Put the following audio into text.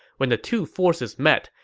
when the two forces met,